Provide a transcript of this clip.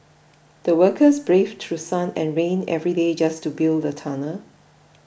the workers braved through sun and rain every day just to build the tunnel